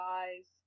eyes